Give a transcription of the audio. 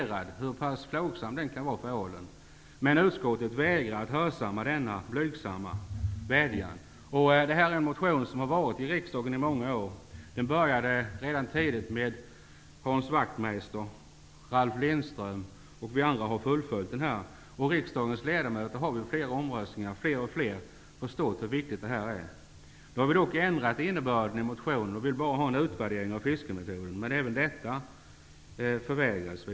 Vi vill ha en utvärdering av hur plågsam den kan vara för ålen. Utskottet vädjar att hörsamma denna blygsamma vädjan. Denna motion har varit uppe i riksdagen under många år. Det började tidigt med Hans Wachtmeister och Ralf Lindström. Vi andra har fullföljt denna fråga. Vid omröstningar har fler och fler riksdagsledamöter förstått hur viktigt det här är. Nu har vi dock ändrat innebörden och vill bara ha en utvärdering av fiskemetoden, men även detta förvägrades oss.